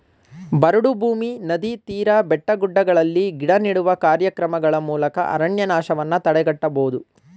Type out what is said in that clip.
ಬರಡು ಭೂಮಿ, ನದಿ ತೀರ, ಬೆಟ್ಟಗುಡ್ಡಗಳಲ್ಲಿ ಗಿಡ ನೆಡುವ ಕಾರ್ಯಕ್ರಮಗಳ ಮೂಲಕ ಅರಣ್ಯನಾಶವನ್ನು ತಡೆಗಟ್ಟಬೋದು